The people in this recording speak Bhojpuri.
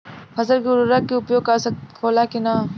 फसल में उर्वरक के उपयोग आवश्यक होला कि न?